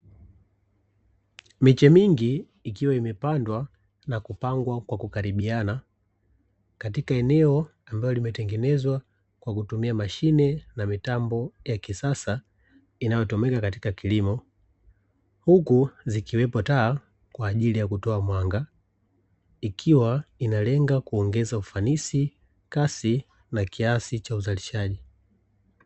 Miche mingi ikiwa imepandwa na kupangwa kwa kukaribiana, katika eneo ambalo limetengenezwa kwa kutumia mashine na mitambo ya kisasa inayotumika katika kilimo, huku zikiwepo taa kwa ajili ya kutoa mwanga, ikiwa inalenga kuongeza ufanisi, kasi na kiasi cha uzalishaji.